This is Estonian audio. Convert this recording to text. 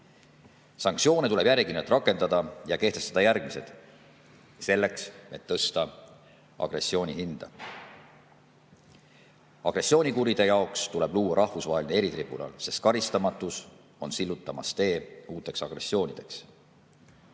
Sanktsioone tuleb järjekindlalt rakendada ja kehtestada järgmised – selleks, et tõsta agressiooni hinda. Agressioonikuritegude jaoks tuleb luua rahvusvaheline eritribunal, sest karistamatus on sillutamas teed uuteks agressioonideks.